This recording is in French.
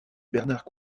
bernard